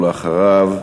אחריו,